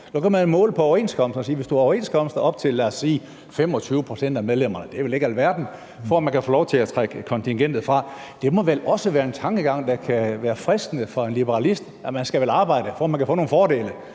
man jo måle på overenskomster og sige, at man skal have overenskomster for op til, lad os sige 25 pct. af medlemmerne – det er vel ikke alverden – for at man kan få lov til at trække kontingentet fra. Det må vel også være en tankegang, der kan være fristende for en liberalist, altså at man vel skal arbejde, for at man kan få nogle fordele.